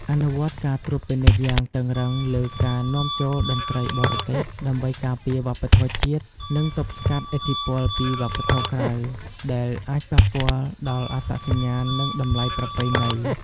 អនុវត្តការត្រួតពិនិត្យយ៉ាងតឹងរឹងលើការនាំចូលតន្ត្រីបរទេស ដើម្បីការពារវប្បធម៌ជាតិ និងទប់ស្កាត់ឥទ្ធិពលពីវប្បធម៌ក្រៅ ដែលអាចប៉ះពាល់ដល់អត្តសញ្ញាណ និងតម្លៃប្រពៃណី។